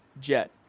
jet